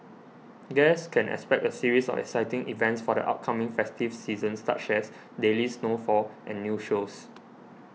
guests can expect a series of exciting events for the upcoming festive season such as daily snowfall and new shows